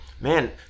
man